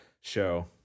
show